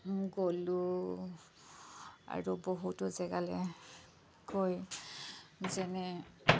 গ'লোঁ আৰু বহুতো জেগালৈ গৈ যেনে